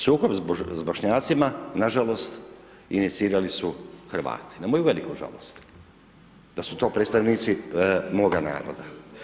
Sukob s Bošnjacima, na žalost, inicirali su Hrvati, na moju veliku žalost, da su to predstavnici moga naroda.